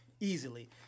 Easily